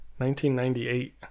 1998